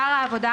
שר העבודה,